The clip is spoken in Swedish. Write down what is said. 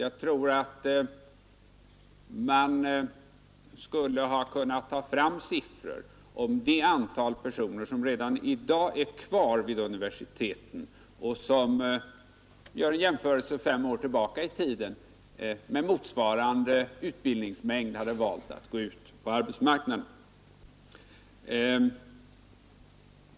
Jag tror att man redan i dag skulle kunna ta fram uppgifter om det antal personer som nu är kvar vid universiteten men som för fem år sedan, om de då hade haft motsvarande utbildningmängd, skulle ha valt att gå ut på arbetsmarknaden.